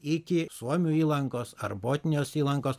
iki suomių įlankos ar botnijos įlankos